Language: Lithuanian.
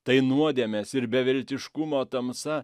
tai nuodėmės ir beviltiškumo tamsa